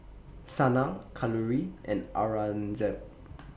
Sanal Kalluri and Aurangzeb